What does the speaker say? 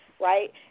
right